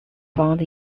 found